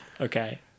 Okay